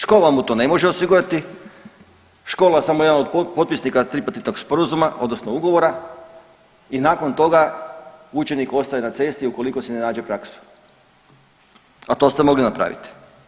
Škola mu to ne može osigurati, škola je samo jedan od potpisnika tripartitnog sporazuma, odnosno ugovora i nakon toga učenik ostaje na cesti ukoliko si ne nađe praksu, a to ste mogli napraviti.